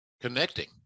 connecting